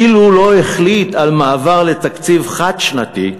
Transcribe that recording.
אילו לא החליט על מעבר לתקציב חד-שנתי,